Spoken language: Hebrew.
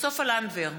סופה לנדבר,